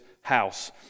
house